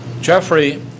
Jeffrey